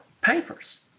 papers